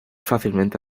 fácilmente